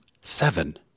seven